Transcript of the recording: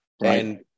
right